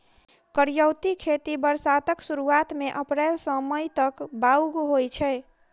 करियौती खेती बरसातक सुरुआत मे अप्रैल सँ मई तक बाउग होइ छै